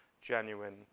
genuine